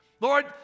Lord